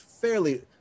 fairly